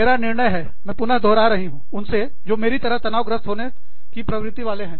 मेरा निर्णय और मैं पुन दोहरा रही हूँ उनसे जो मेरी तरह तनावग्रस्त होने की प्रवृत्ति वाले हैं